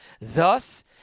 Thus